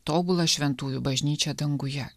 tobulą šventųjų bažnyčią danguje